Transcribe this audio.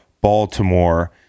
Baltimore